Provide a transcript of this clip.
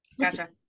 gotcha